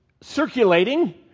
circulating